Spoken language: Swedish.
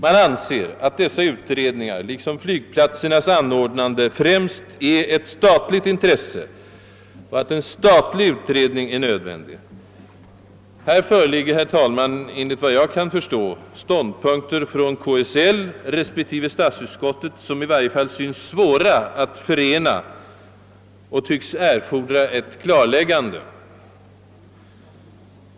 Man anser att dessa utredningar liksom flygplatsernas anordnande främst är ett statligt intresse och att en statlig utredning är nödvändig. Här föreligger, herr talman, enligt vad jag kan förstå ståndpunkter från KSL respektive statsutskottet, som i varje fall synes svåra att förena och tycks erfordra ett klarläggande.